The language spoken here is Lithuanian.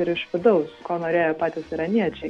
ir iš vidaus ko norėjo patys iraniečiai